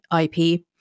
IP